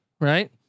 right